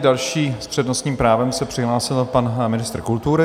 Další s přednostním právem se přihlásil pan ministr kultury.